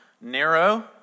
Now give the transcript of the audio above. narrow